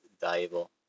valuable